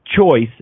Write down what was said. choice